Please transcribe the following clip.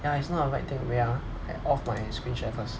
ya it's not a right thing wait ah I off my screen share first